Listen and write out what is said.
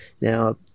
Now